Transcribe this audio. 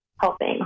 helping